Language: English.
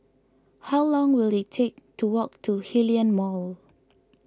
how long will it take to walk to Hillion Mall